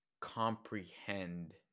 comprehend